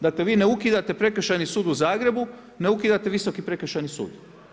Dakle vi ne ukidate Prekršajni sud u Zagrebu, ne ukidate Visoki prekršajni sud.